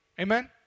Amen